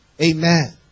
Amen